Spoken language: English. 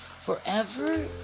forever